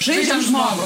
žaidžiam žmogų